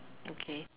okay